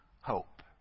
hope